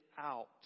out